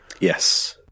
Yes